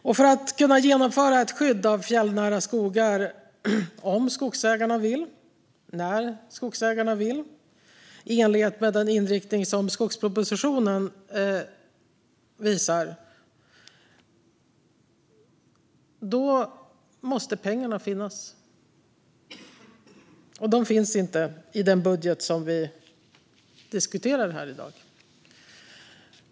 Om man ska kunna genomföra ett skydd av fjällnära skogar - om skogsägarna vill och när skogsägarna vill - i enlighet med den inriktning som skogspropositionen har måste pengarna finnas. De finns inte i den budget som vi diskuterar här i dag.